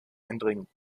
eindringen